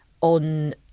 on